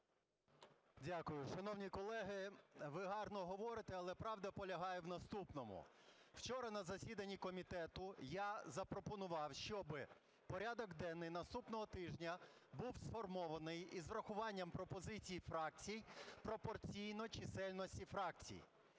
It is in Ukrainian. Дякую. Шановні колеги, ви гарно говорите, але правда полягає в наступному. Вчора на засіданні комітету я запропонував, щоб порядок денний наступного тижня був сформований із врахуванням пропозицій фракцій пропорційно чисельності фракцій,